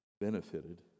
benefited